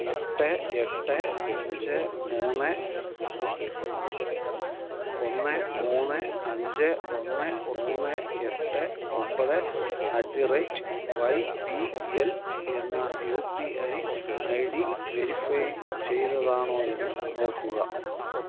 എട്ട് എട്ട് അഞ്ച് മൂന്ന് ഒന്ന് മൂന്ന് അഞ്ച് ഒന്ന് മൂന്ന് എട്ട് ഒമ്പത് at the rate Y B L എന്ന U P I I D verify ചെയ്തതാണോ എന്ന് നോക്കുക